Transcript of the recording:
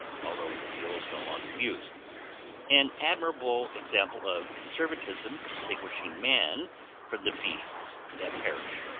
although the seal is no longer used an admirable example of conservatism distinguishing man from the beasts that perish.